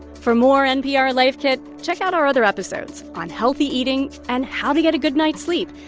for more npr life kit, check out our other episodes on healthy eating and how to get a good night's sleep.